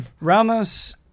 Ramos